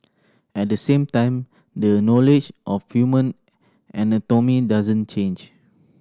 at the same time the knowledge of human anatomy doesn't change